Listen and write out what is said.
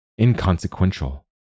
inconsequential